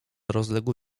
rozległ